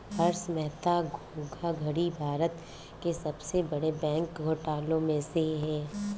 हर्षद मेहता धोखाधड़ी भारत के सबसे बड़े बैंक घोटालों में से है